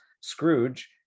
scrooge